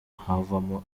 havamo